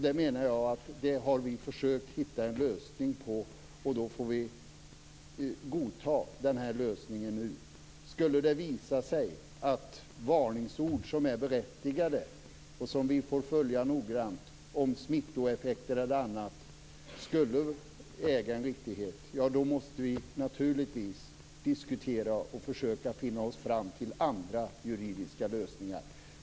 Jag menar att vi har försökt att hitta en lösning, och då får vi godta den lösningen nu. Skulle det visa sig att varningsord som är berättigade och som vi får följa noggrant, om smittoeffekter och annat, skulle äga riktighet måste vi naturligtvis diskutera och försöka finna andra juridiska lösningar.